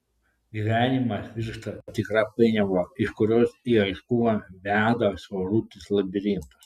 gyvenimas virsta tikra painiava iš kurio į aiškumą veda siaurutis labirintas